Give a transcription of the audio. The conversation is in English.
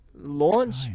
launch